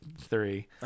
three